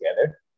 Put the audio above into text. together